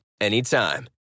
anytime